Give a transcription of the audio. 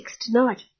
tonight